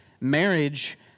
Marriage